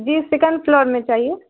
جی second floor میں چاہیے